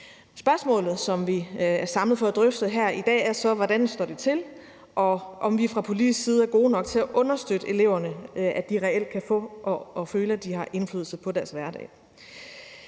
Spørgsmålet, som vi er samlet for at drøfte her i dag, er så, hvordan det står til, og om vi fra politisk side er gode nok til at understøtte eleverne i, at de reelt kan få indflydelse og føle, at de har indflydelse på deres hverdag.